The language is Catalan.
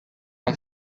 amb